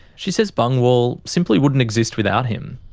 she says bungwahl simply wouldn't exist without him.